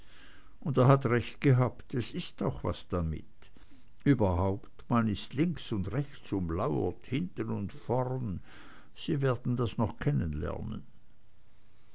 und er hat recht gehabt es ist auch was damit überhaupt man ist links und rechts umlauert hinten und vorn sie werden das noch kennenlernen